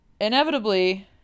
inevitably